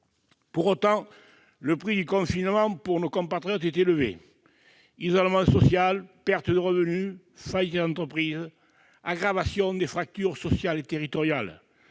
Pour autant, le prix du confinement est élevé pour nos compatriotes : isolement social, pertes de revenus, faillites d'entreprises, aggravation des fractures sociales et territoriales,